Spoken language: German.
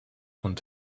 und